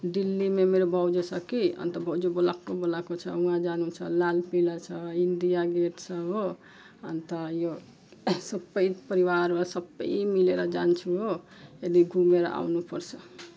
दिल्लीमा मेरो भाउजू छ कि अन्त भाउजूले बोलाएको बोलाएको छ वहाँ जानु छ लालकिला छ इन्डिया गेट छ हो अन्त यो सबै परिवार वा सबै मिलेर जान्छु हो यदि घुमेर आउनुपर्छ